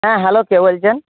হ্যাঁ হ্যালো কে বলছেন